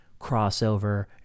crossover